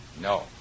No